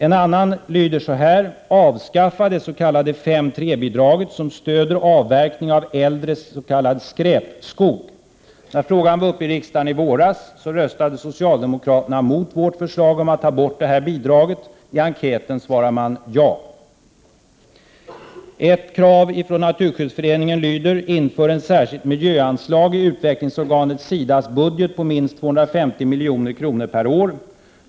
Ett annat krav lyder: Avskaffa 5:3-bidraget som stöder avverkning av äldre s.k. skräpskog. När frågan var uppe i riksdagen i våras röstade socialdemokraterna emot vårt förslag att detta bidrag skulle tas bort. I enkäten svarar de ja. Ytterligare ett krav från Naturskyddsföreningen lyder: Inför ett särskilt miljöanslag i utvecklingsorganet SIDA:s budget på minst 250 milj.kr. per år.